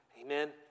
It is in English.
Amen